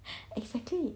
exactly